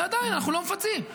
ועדיין, אנחנו לא מפצים.